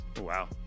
Wow